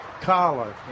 collar